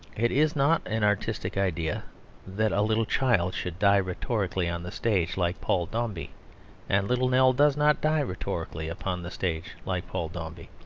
it is not an artistic idea that a little child should die rhetorically on the stage like paul dombey and little nell does not die rhetorically upon the stage like paul dombey.